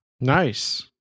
Nice